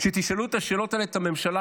שתשאלו את השאלות האלה את הממשלה,